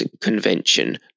convention